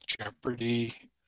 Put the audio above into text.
Jeopardy